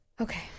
Okay